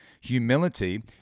Humility